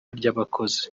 ry’abakozi